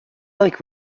like